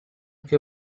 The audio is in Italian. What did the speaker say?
che